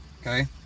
Okay